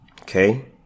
okay